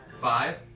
Five